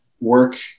work